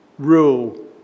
Rule